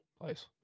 place